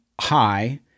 high